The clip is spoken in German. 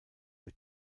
für